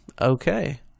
Okay